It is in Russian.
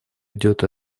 идет